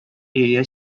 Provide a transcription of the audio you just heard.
area